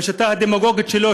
בשיטה הדמגוגית שלו,